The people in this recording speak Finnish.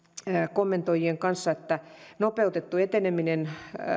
kommentoijien kanssa nopeutetusta etenemisestä